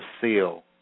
seal